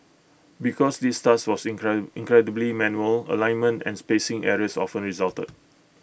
because this task was incline incredibly manual alignment and spacing errors often resulted